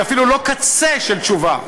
היא אפילו לא קצה של תשובה.